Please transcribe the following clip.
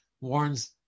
warns